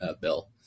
bill